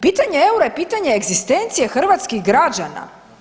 Pitanje EUR-a je pitanje egzistencije hrvatskih građana.